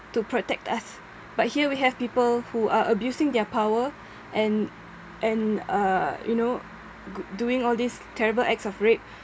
to protect us but here we have people who are abusing their power and and uh you know go~ doing all these terrible acts of rape